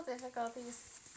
difficulties